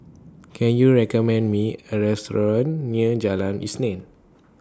Can YOU recommend Me A Restaurant near Jalan Isnin